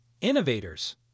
innovators